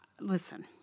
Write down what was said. listen